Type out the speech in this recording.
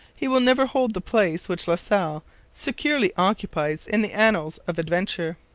he will never hold the place which la salle securely occupies in the annals of adventure.